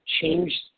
changed